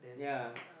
yeah